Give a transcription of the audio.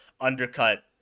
undercut